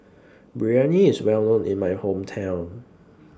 Biryani IS Well known in My Hometown